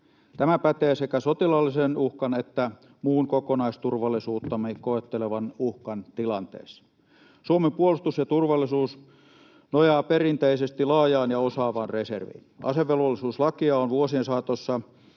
Tämä pätee sekä sotilaallisen uhkan että muun kokonaisturvallisuuttamme koettelevan uhkan tilanteessa. Suomen puolustus ja turvallisuus nojaa perinteisesti laajaan ja osaavaan reserviin. Asevelvollisuuslakia on vuosien saatossa